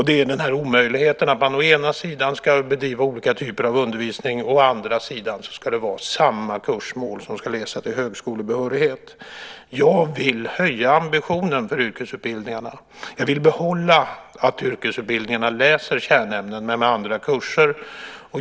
Det handlar om omöjligheten att å ena sidan bedriva olika typer av undervisning, å andra sidan att det ska vara samma kursmål, det vill säga att läsa till högskolebehörighet. Jag vill höja ambitionen för yrkesutbildningarna. Jag vill behålla att man läser kärnämnen i yrkesutbildningarna - men med andra kurser.